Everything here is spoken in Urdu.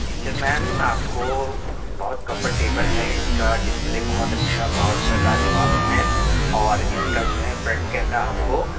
فیچر میم میں آپ کو بہت کمفرٹیبل ہے اِس کا ڈسپلے بہت اچھا بہت لا جواب ہے میم اور اِس کا جو ہے فرنٹ کیمرہ آپ کو